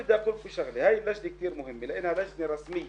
בפוסט טראומה שהילד מפתח כתוצאה מהריסת בתים,